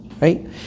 right